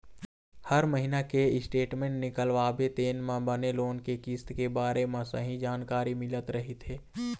हर महिना के स्टेटमेंट निकलवाबे तेन म बने लोन के किस्त के बारे म सहीं जानकारी मिलत रहिथे